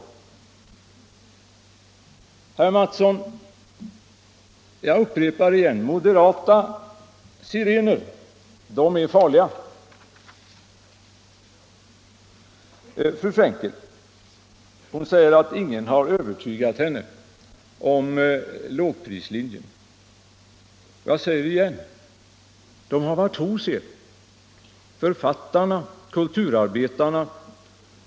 Herr Mattsson! Jag upprepar att moderata sirener är farliga. Fru Frenkel säger att ingen har övertygat henne om lågprislinjen. Jag framhåller igen: De har varit hos er i utskottet, författarna och kulturarbetarna.